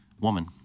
woman